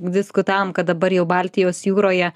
diskutavom kad dabar jau baltijos jūroje